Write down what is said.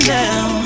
now